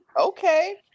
Okay